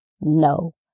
no